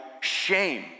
shame